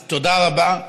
תודה רבה.